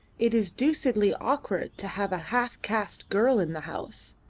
it is deucedly awkward to have a half-caste girl in the house.